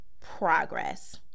progress